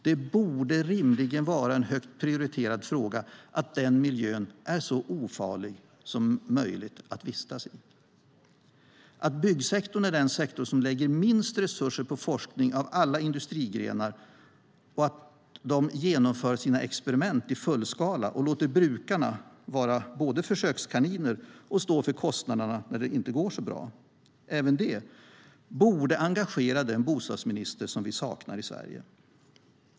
Det borde rimligen vara en högt prioriterad fråga att den miljön är så ofarlig som möjligt att vistas i. Byggsektorn är den sektor som lägger minst resurser på forskning av alla industrigrenar och genomför sina experiment i fullskala och låter brukarna vara både försökskaniner och stå för kostnaderna när det inte går så bra. Även det borde engagera den bostadsminister som vi saknar i Sverige.